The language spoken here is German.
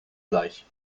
gleich